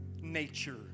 nature